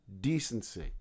decency